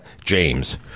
James